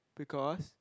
because